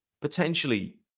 potentially